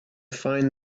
find